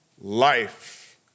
life